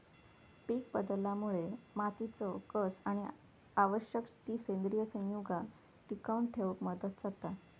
पीकबदलामुळे मातीचो कस आणि आवश्यक ती सेंद्रिय संयुगा टिकवन ठेवक मदत जाता